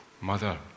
Mother